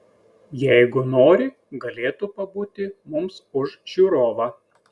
jeigu nori galėtų pabūti mums už žiūrovą